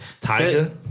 Tiger